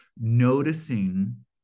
Noticing